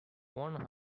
one